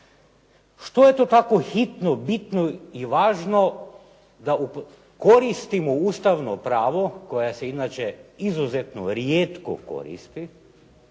Što je to tako hitno, bitno i važno da koristimo ustavno pravo koja se inače izuzetno rijetko koristi,